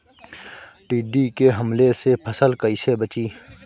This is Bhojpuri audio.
टिड्डी के हमले से फसल कइसे बची?